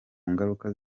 ngaruka